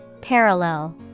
Parallel